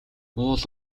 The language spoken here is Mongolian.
уул